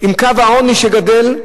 עם קו העוני שגדֵל,